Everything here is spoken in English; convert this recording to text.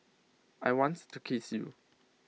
I wants to kiss you